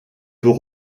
peut